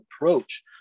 approach